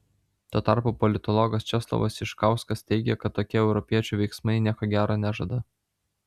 tuo tarpu politologas česlovas iškauskas teigia kad tokie europiečių veiksmai nieko gero nežada